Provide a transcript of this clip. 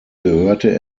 gehörte